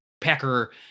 Packer